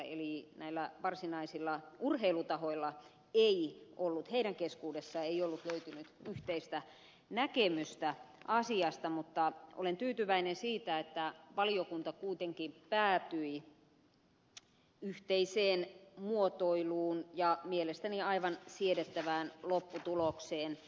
eli näillä varsinaisilla urheilutahoilla ei ollut heidän keskuudessaan ei löytynyt yhteistä näkemystä asiasta mutta olen tyytyväinen siitä että valiokunta kuitenkin päätyi yhteiseen muotoiluun ja mielestäni aivan siedettävään lopputulokseen